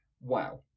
wow